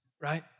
right